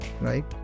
Right